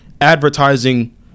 advertising